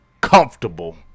comfortable